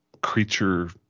creature